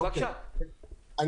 אני